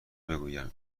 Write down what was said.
بگویم